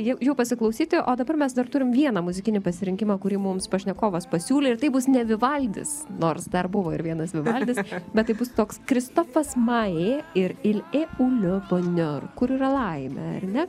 jų jų pasiklausyti o dabar mes dar turim vieną muzikinį pasirinkimą kurį mums pašnekovas pasiūlė ir tai bus ne vivaldis nors dar buvo ir vienas vivaldis bet tai bus toks krzysztofas majė ir kur yra laimė ar ne